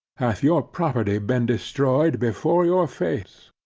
hath your property been destroyed before your face?